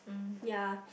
ya